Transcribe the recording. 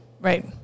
right